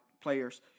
players